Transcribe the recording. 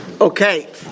Okay